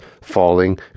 falling